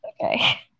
Okay